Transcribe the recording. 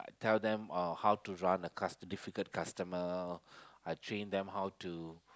tell them uh how to run a cust~ difficult customer I train them how to